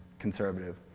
conservative.